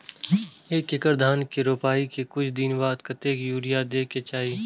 एक एकड़ धान के रोपाई के कुछ दिन बाद कतेक यूरिया दे के चाही?